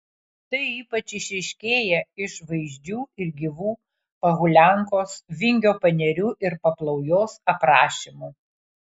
tai ypač išryškėja iš vaizdžių ir gyvų pohuliankos vingio panerių ir paplaujos aprašymų